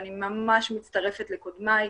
אני ממש מצטרפת לקודמי,